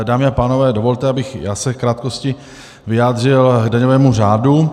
Dámy a pánové, dovolte, abych se v krátkosti vyjádřil k daňovému řádu.